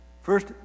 First